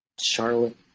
Charlotte